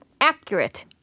accurate